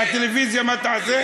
והטלוויזיה מה תעשה?